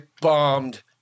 bombed